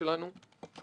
לומר כמה דברים,